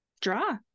draw